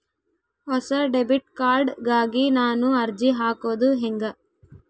ಹೊಸ debit card ಗಾಗಿ ನಾನು ಅರ್ಜಿ ಹಾಕೊದು ಹೆಂಗ?